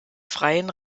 freien